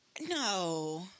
no